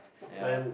ya